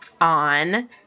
on